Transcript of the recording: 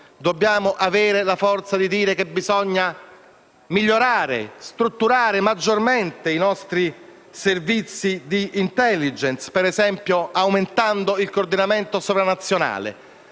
Dobbiamo avere la forza di dire che bisogna migliorare e strutturare maggiormente i nostri servizi di *intelligence*, per esempio aumentando il coordinamento sovranazionale.